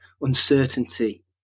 uncertainty